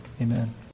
Amen